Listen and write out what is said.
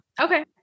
Okay